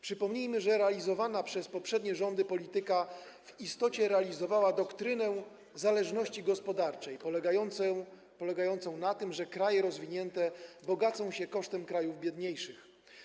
Przypomnijmy, że realizowana przez poprzednie rządy polityka w istocie byłą realizacją doktryny zależności gospodarczej, polegającej na tym, że kraje rozwinięte bogacą się kosztem krajów biedniejszych.